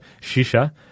Shisha